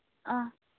ꯑꯥ